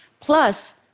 plus,